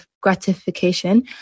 gratification